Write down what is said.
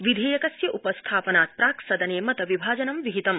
विधेयकस्य उपस्थापनात् प्राक् सदने मत विभाजनं विहितम्